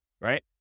Right